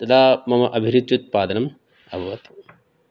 तदा मम अभिरुच्युत्पादनम् अभवत्